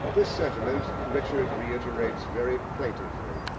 this sentiment richard reiterates very plaintively,